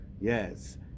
Yes